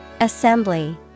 Assembly